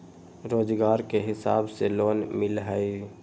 रोजगार के हिसाब से लोन मिलहई?